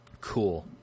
Cool